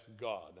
God